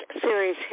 Series